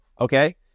Okay